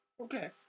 Okay